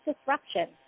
disruption